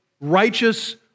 righteous